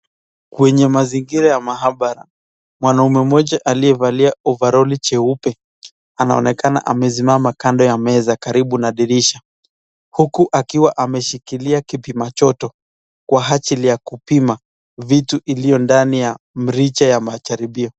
Kwenye mazingira ya maabara, mwanaume mmoja aliye valia ovaroli jeupe anaonekana amesimama kando ya meza karibu na dirisha, huku akiwa amshikilia kipima joto, kwa ajili ya kupima vitu iliyo ndani ya mrija ya majaribio.